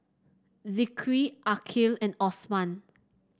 Zikri Aqil and Osman